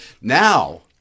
Now